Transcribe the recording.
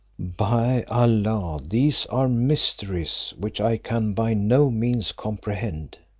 by allah these are mysteries which i can by no means comprehend!